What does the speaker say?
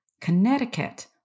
Connecticut